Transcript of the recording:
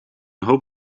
hoop